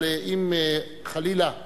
אבל אם חלילה נצטרך,